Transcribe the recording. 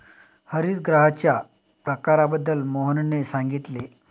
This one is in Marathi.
हरितगृहांच्या प्रकारांबद्दल मोहनने सांगितले